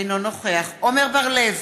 אינו נוכח עמר בר-לב,